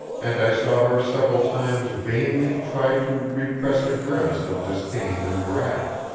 and i saw her several times vainly try to repress a grimace of disdain and wrath.